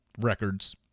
records